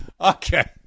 okay